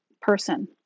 person